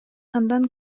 андан